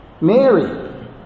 Mary